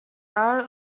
are